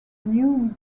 new